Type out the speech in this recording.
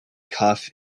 cuff